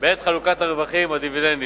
בעת חלוקת הרווחים או הדיבידנדים,